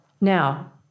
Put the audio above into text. Now